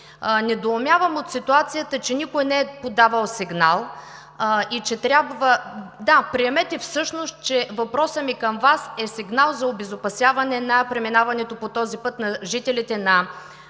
Недоумявам от ситуацията, че никой не е подавал сигнал. (Реплики от министър Петя Аврамова.) Да, приемете всъщност, че въпросът ми към Вас е сигнал за обезопасяване на преминаването по този път на жителите на